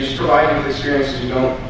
experience to know